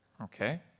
Okay